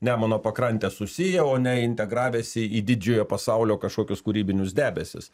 nemuno pakrante susiję o ne integravęsi į didžiojo pasaulio kažkokius kūrybinius debesis